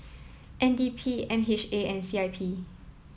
N D P M H A and C I P